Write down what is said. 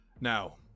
Now